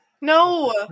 No